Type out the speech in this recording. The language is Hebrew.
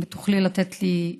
אם תוכלי לתת לי,